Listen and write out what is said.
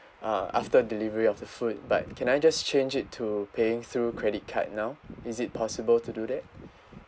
uh after delivery of the food but can I just change it to paying through credit card now is it possible to do that